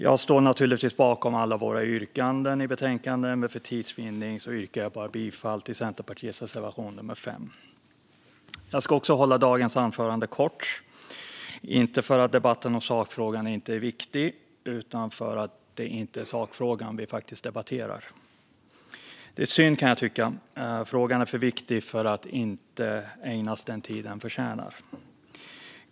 Jag står naturligtvis bakom alla våra yrkanden i betänkandet, men för tids vinnande yrkar jag bifall bara till Centerpartiets reservation nummer 5. Jag ska också hålla dagens anförande kort - inte för att debatten om sakfrågan inte är viktig utan för att det inte är sakfrågan vi faktiskt debatterar. Det är synd, kan jag tycka. Frågan är för viktig för att inte ägnas den tid den förtjänar.